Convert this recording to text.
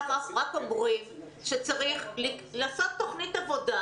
אבל אנחנו רק אומרים שצריך לעשות תוכנית עבודה,